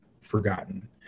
forgotten